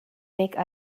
make